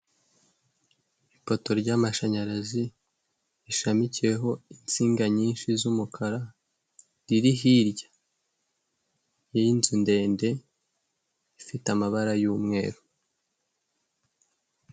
Ipoto ry'amashanyarazi, rishamikiyeho insinga nyinshi z'umukara, riri hirya y'inzu ndende, ifite amabara y'umweru.